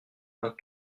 vingt